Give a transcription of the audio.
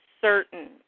certain